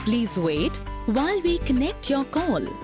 please wait while we connect your call